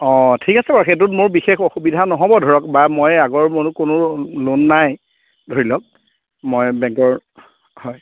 অ' ঠিক আছে বাৰু সেইটোত মোৰ বিশেষ অসুবিধা নহ'ব ধৰক বা মই আগৰ মোৰ কোনো লোন নাই ধৰি লওক মই বেংকৰ হয়